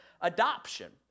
adoption